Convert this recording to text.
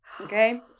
Okay